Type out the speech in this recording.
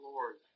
Lord